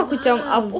!wow!